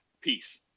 Peace